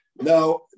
Now